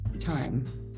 time